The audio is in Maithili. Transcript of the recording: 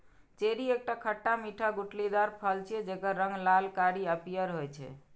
चेरी एकटा खट्टा मीठा गुठलीदार फल छियै, जेकर रंग लाल, कारी आ पीयर होइ छै